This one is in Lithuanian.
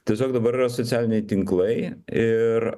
tiesiog dabar yra socialiniai tinklai ir